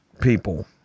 people